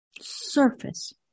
surface